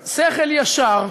יש בה שכל ישר,